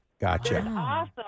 Gotcha